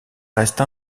reste